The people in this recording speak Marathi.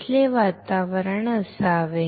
कसले वातावरण असावे